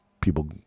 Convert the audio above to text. people